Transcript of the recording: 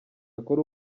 akore